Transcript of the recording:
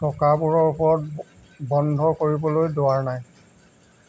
চকাবোৰৰ ওপৰত বন্ধ কৰিবলৈ দুৱাৰ নাই